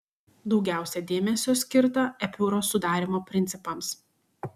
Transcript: daugiausia dėmesio skirta epiūros sudarymo principams